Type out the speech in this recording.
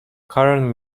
karen